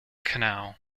canal